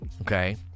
okay